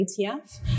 ETF